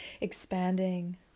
expanding